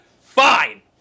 Fine